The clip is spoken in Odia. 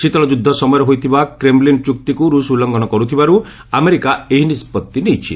ଶୀତଳ ଯୁଦ୍ଧ ସମୟରେ ହୋଇଥିବା କ୍ରେମ୍ଲିନ୍ ଚୁକ୍ତିକୁ ରୁଷ୍ ଉଲ୍ଲ୍ଘନ କରୁଥିବାରୁ ଆମେରିକା ଏହି ନିଷ୍ପତ୍ତି ନେଇଛି